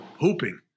hooping